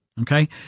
Okay